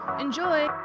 Enjoy